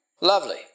Lovely